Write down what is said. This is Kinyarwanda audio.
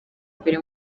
mbere